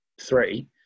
three